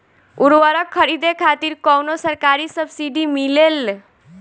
उर्वरक खरीदे खातिर कउनो सरकारी सब्सीडी मिलेल?